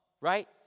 Right